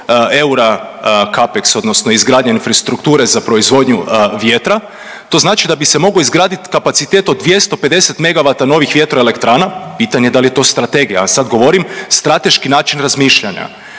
eura capex, odnosno izgradnje infrastrukture za proizvodnju vjetra. To znači da bi se mogao izgraditi kapacitet od 250 megavata novih vjetroelektrana. Pitanje je da li je to strategija, ja sad govorim strateški način razmišljanja.